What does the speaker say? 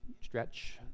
stretch